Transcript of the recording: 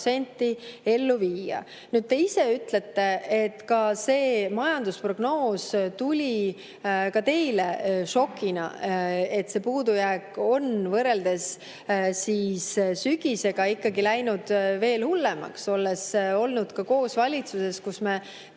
viia. Te ise ütlete, et see majandusprognoos tuli ka teile šokina, et see puudujääk on võrreldes sügisega ikkagi läinud veel hullemaks. Me oleme olnud koos valitsuses, kus me